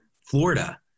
Florida